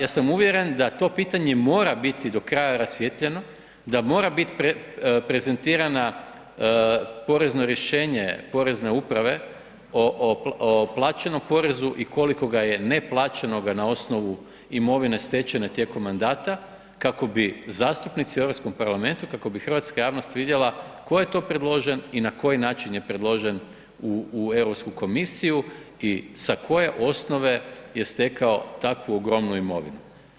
Ja sam uvjeren da to pitanje mora biti do kraja rasvijetljeno, da mora bit prezentirana porezno rješenje porezne uprave o plaćenom porezu i koliko ga je neplaćenoga na osnovu imovine stečene tijekom mandata kako bi zastupnici u EU parlamentu kako bi hrvatska javnost vidjela tko je to predložen i na koji način je predložen u EU komisiju i sa koje osnove je stekao takvu ogromnu imovinu.